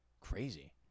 crazy